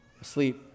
asleep